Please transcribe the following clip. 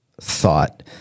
thought